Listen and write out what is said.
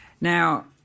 Now